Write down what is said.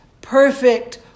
perfect